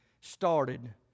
started